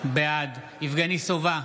בעד יבגני סובה,